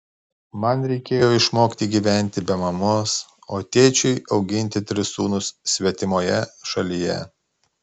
man reikėjo išmokti gyventi be mamos o tėčiui auginti tris sūnus svetimoje šalyje